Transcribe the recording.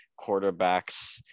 quarterbacks